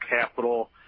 capital